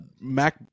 Mac